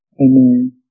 Amen